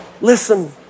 listen